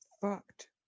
fucked